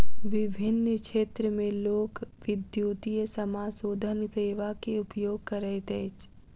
विभिन्न क्षेत्र में लोक, विद्युतीय समाशोधन सेवा के उपयोग करैत अछि